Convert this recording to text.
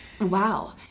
Wow